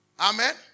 Amen